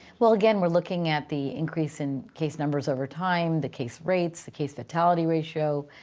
well, again, we're looking at the increase in case numbers over time, the case rates, the case fatality ratio,